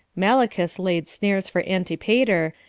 malichus laid snares for antipater,